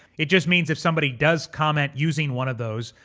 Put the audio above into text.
it just means if somebody does comment using one of those,